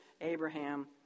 Abraham